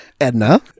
Edna